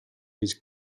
his